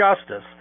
justice